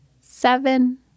seven